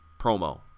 promo